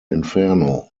inferno